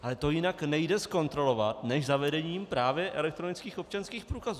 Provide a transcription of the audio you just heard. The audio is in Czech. Ale to nejde zkontrolovat jinak než zavedením právě elektronických občanských průkazů.